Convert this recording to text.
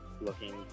looking